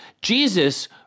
Jesus